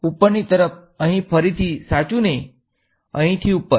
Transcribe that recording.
ઉપરની તરફ અહીં ફરીથી સાચુને અહીથી ઉપર